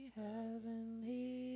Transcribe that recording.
heavenly